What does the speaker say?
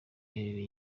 iherereye